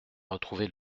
retrouver